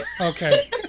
Okay